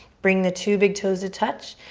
bring the two big toes to touch.